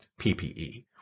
PPE